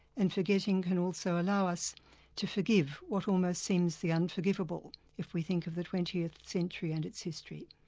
and forgetting can also allow us to forgive what almost seems the unforgivable, if we think of the twentieth century and its history.